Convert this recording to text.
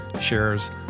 shares